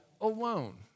alone